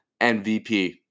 MVP